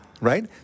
right